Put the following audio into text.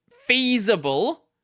feasible